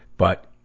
but,